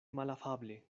malafable